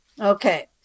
Okay